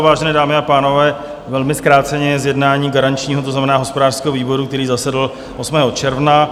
Vážené dámy a pánové, velmi zkráceně z jednání garančního, to znamená hospodářského výboru, který zasedl 8. června.